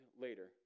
later